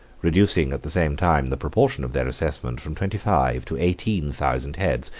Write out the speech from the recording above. reducing at the same time the proportion of their assessment from twenty-five to eighteen thousand heads,